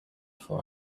for